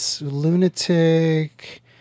Lunatic